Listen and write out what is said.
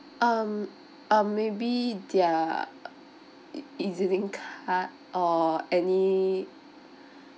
um um maybe their E_Z link card or any